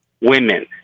women